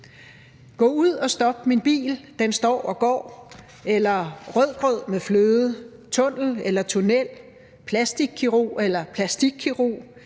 »Gå ud og stop min bil, den står og går«, »rødgrød med fløde«, »tunnel eller tunnel«, »plastikkirurgi« eller »plastikkirurgi«,